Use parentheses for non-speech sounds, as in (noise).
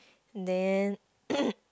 then (coughs)